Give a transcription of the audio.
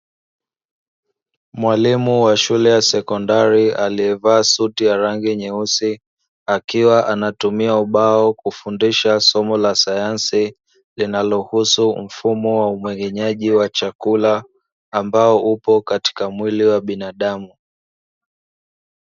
Mwalimu wa shule ya sekondari aliyevaa suti ya rangi nyeusi akiwa anatumia ubao kufundisha somo la sayansi, linalohusu mfumo wa umeng'enyaji wa chakula ambao upo katika mwili wa binadamu.